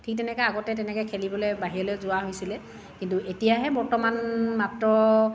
ঠিক তেনেকৈ আগতে তেনেকৈ খেলিবলৈ বাহিৰলৈ যোৱা হৈছিলে কিন্তু এতিয়াহে বৰ্তমান মাত্ৰ